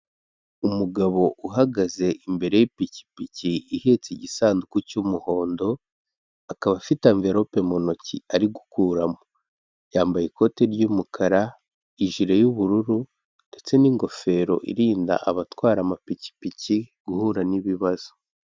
Umugabo uhagaze imbere y'ipikipiki, ihetse igisanduku cy'umuhondo, akaba afite enverope mu ntoki, ari gukuramo, yambaye ikoti ry'umukara, ijire y'ubururu, ndetse n'ingofero irinda abatwara amapikipiki guhura n'ibibazo.